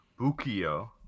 Bukio